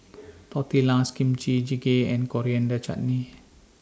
Tortillas Kimchi Jjigae and Coriander Chutney